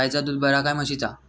गायचा दूध बरा काय म्हशीचा?